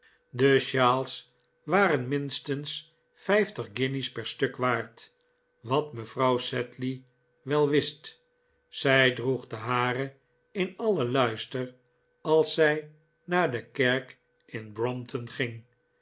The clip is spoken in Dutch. de sjaals waren minstens vijftig guinjes per stuk waard wat mevrouw sedley wel wist zij droeg de hare in alien luister als zij naar de kerk in brompton ging